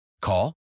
Call